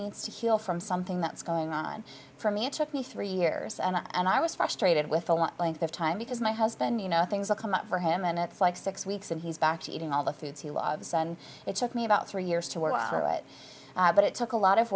needs to heal from something that's going on for me it took me three years and i was frustrated with a lot of time because my husband you know things that come up for him and it's like six weeks and he's back to eating all the foods he loves and it took me about three years to work through it but it took a lot of